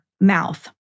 mouth